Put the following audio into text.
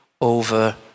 over